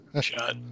shot